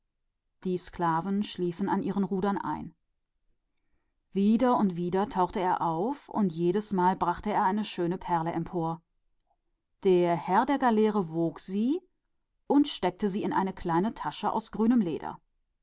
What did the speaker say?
die sklaven schliefen über ihren rudern ein wieder und wieder kam er herauf und jedesmal brachte er eine herrliche perle mit der herr der galeere wog sie und steckte sie in einen kleinen beutel aus grünem leder